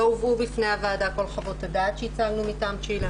לא הובאו בפני הוועדה כל חוות הדעת שהצגנו מטעם צ'ילה,